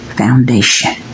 foundation